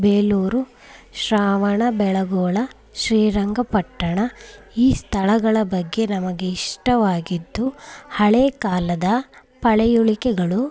ಬೇಲೂರು ಶ್ರವಣಬೆಳಗೊಳ ಶ್ರೀರಂಗಪಟ್ಟಣ ಈ ಸ್ಥಳಗಳ ಬಗ್ಗೆ ನಮಗೆ ಇಷ್ಟವಾಗಿದ್ದು ಹಳೆ ಕಾಲದ ಪಳೆಯುಳಿಕೆಗಳು